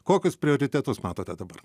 kokius prioritetus matote dabar